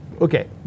Okay